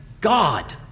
God